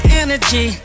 energy